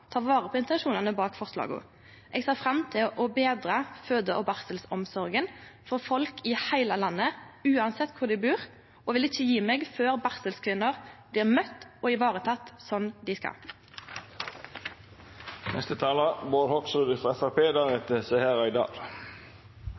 vare på intensjonane bak forslaga. Eg ser fram til å betre føde- og barselomsorga for folk i heile landet, uansett kvar dei bur, og vil ikkje gje meg før barselkvinner blir møtte og varetekne som dei